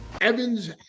Evans